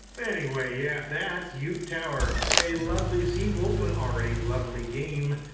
anyway yeah, that's yoot tower! a lovely sequel to an already lovely game.